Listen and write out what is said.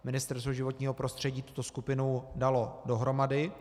Ministerstvo životního prostředí tuto skupinu dalo dohromady.